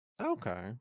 Okay